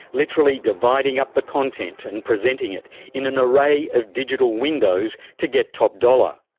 literally dividing up the content and presenting it in an array of digital windows to get top dollar.